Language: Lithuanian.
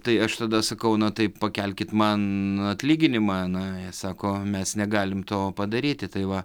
tai aš tada sakau na tai pakelkit man atlyginimą na jie sako mes negalim to padaryti tai va